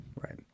Right